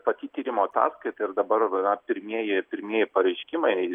pati tyrimo ataskaita ir dabar yra pirmieji pirmieji pareiškimai